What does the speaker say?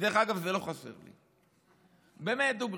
דרך אגב, זה לא חסר לי, באמת, דוגרי,